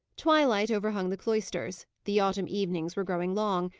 twilight overhung the cloisters the autumn evenings were growing long,